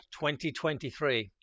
2023